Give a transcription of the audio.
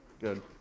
Good